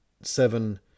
seven